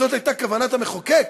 וזו הייתה כוונת המחוקק,